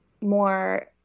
more